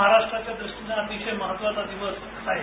महाराष्ट्राच्या दृष्टी अतिश महत्वाचा दिवस आहे